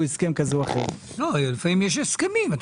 לפעמים יש הסכמים.